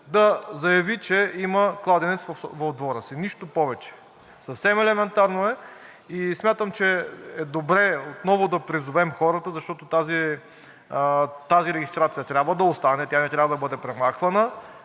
да заяви, че има кладенец в двора си. Нищо повече. Съвсем елементарно е. И смятам, че е добре отново да призовем хората, защото тази регистрация трябва да остане, тя не трябва да бъде премахвана,